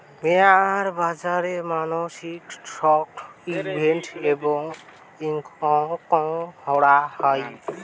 share বাজারে মানসিরা stock invest এবং এক্সচেঞ্জ করাং হই